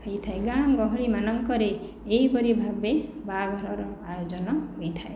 ହୋଇଥାଏ ଗାଁ ଗହଳି ମାନଙ୍କ ରେ ଏହି ପରି ଭାବେ ବାହାଘରର ଆୟୋଜନ ହୋଇଥାଏ